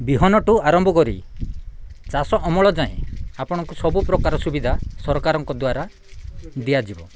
ବିହନଠୁ ଆରମ୍ଭ କରି ଚାଷ ଅମଳ ଯାଏଁ ଆପଣଙ୍କୁ ସବୁ ପ୍ରକାର ସୁବିଧା ସରକାରଙ୍କ ଦ୍ୱାରା ଦିଆଯିବ